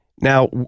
Now